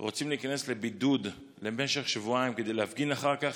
רוצים להיכנס לבידוד למשך שבועיים כדי להפגין אחר כך,